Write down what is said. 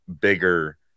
bigger